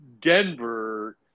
Denver